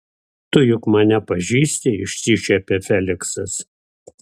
tu juk mane pažįsti išsišiepia feliksas